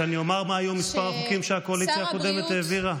שאני אומר מה היה מספר החוקים שהקואליציה הקודמת העבירה?